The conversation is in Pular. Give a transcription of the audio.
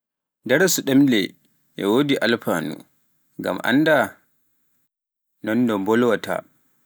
Daarasu ɗemmle e wodi alfaanu, ngam annda nonno mbolwaata.